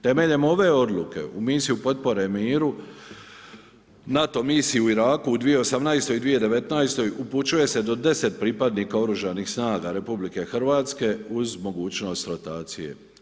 Temeljem ove odluke u misiju potpore u miru, NATO misiji u Iraku u 2018. i 2019. upućuje se do 10 pripadnika oružanih snaga RH uz mogućnost rotacije.